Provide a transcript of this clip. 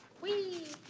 weee.